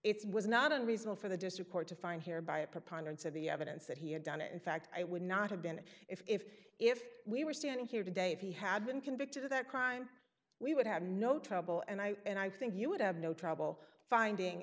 it's was not unreasonable for the district court to find here by a preponderance of the evidence that he had done it in fact i would not have been if if we were standing here today if he had been convicted of that crime we would have no trouble and i and i think you would have no trouble finding